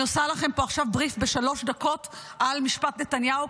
אני עושה לכם פה עכשיו בריף בשלוש דקות על משפט נתניהו,